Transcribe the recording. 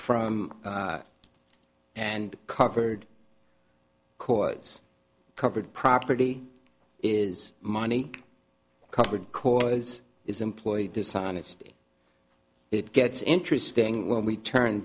from and covered cords covered property is money covered cause is employee dishonesty it gets interesting when we turn